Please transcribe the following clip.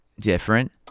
different